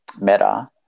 Meta